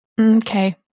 Okay